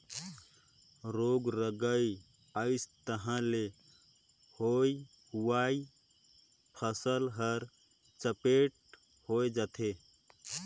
रोग राई अइस तहां ले होए हुवाए फसल हर चैपट होए जाथे